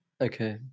okay